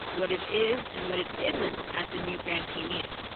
what it is and what it isn't, at the new grantee meeting.